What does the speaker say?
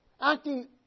acting